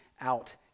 out